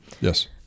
Yes